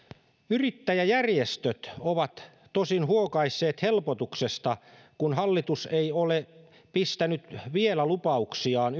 yrittäjäjärjestöt ovat tosin huokaisseet helpotuksesta kun hallitus ei ole pistänyt vielä lupauksiaan